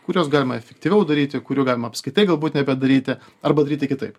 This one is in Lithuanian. kuriuos galima efektyviau daryti kurių galima apskritai galbūt nebedaryti arba daryti kitaip